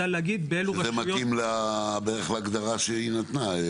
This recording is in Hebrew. -- זה מתאים בערך להגדרה שהיא נתנה.